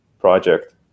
project